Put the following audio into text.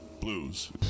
blues